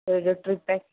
ഒരു ട്രിപ്പെ